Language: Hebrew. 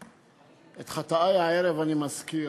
את חטאי הערב אני מזכיר.